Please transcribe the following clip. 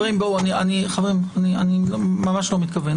חברים, אני ממש לא מתכוון.